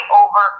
over